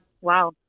Wow